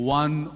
one